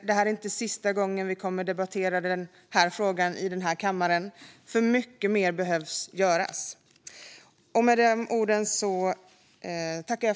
Detta är inte sista gången vi kommer att debattera den här frågan i den här kammaren, för mycket mer behöver göras.